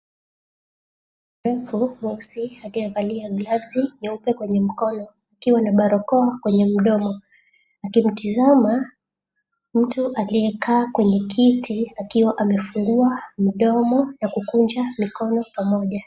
Mrefu, mweusi akiwa amevalia gloves nyeupe kwenye mkono akiwa na barakoa kwenye mdomo akimtizama mtu aliyekaa kwenye kiti akiwa amefungua mdomo na kukunja mikono pamoja.